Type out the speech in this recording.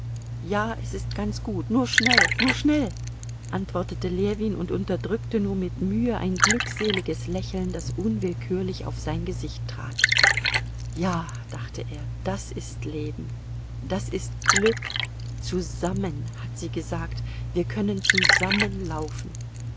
ja es ist ganz gut nur schnell nur schnell antwortete ljewin und unterdrückte nur mit mühe ein glückseliges lächeln das unwillkürlich auf sein gesicht trat ja dachte er das ist leben das ist glück zusammen hat sie gesagt wir können zusammen laufen